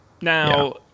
Now